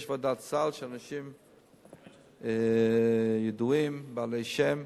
יש ועדת סל, של אנשים ידועים, בעלי שם,